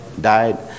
died